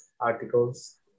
articles